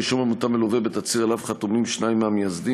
רישום עמותה מלווה בתצהיר שעליו חתומים שניים מהמייסדים.